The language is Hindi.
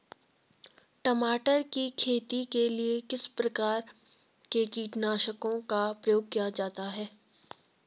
टमाटर की खेती के लिए किस किस प्रकार के कीटनाशकों का प्रयोग किया जाता है?